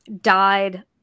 died